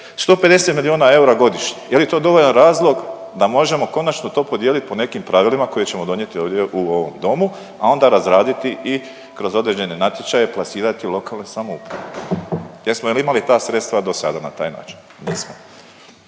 150 milijuna eura godišnje. Je li to dovoljan razlog da možemo konačno to podijeliti po nekim pravilima koje ćemo donijeti ovdje u ovom domu, a onda razraditi i kroz određene natječaje plasirati u lokalne samouprave. Jesmo li imati ta sredstva do sada na taj način? Nismo.